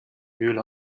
höhle